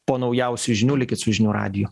po naujausių žinių likit su žinių radiju